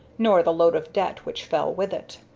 nor the load of debt which fell with it.